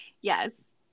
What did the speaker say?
yes